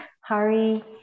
Hari